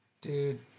Dude